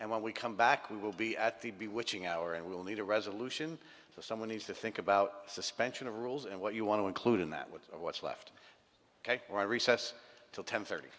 and when we come back we will be at the b witching hour and we'll need a resolution so someone needs to think about suspension of rules and what you want to include in that would what's left k y recess to ten thirty